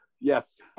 Yes